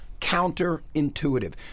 counterintuitive